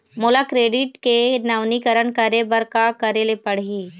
मोला क्रेडिट के नवीनीकरण करे बर का करे ले पड़ही?